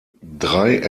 drei